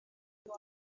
tell